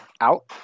out